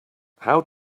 how